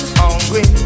hungry